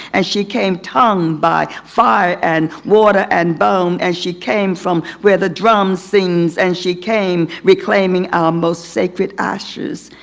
and she came tongue by fire, and water, and bone. and she came from where the drum sings, and she came reclaiming our most sacred ashes.